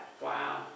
Wow